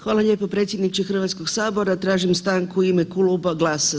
Hvala lijepo predsjedniče Hrvatskoga sabora, tražim stanku u ime Kluba GLAS-a.